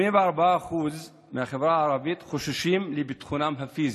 84% מהחברה הערבית חוששים לביטחונם הפיזי.